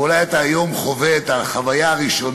אבל אולי אתה חווה היום את החוויה הראשונה